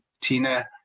Tina